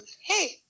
Hey